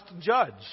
judge